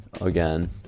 again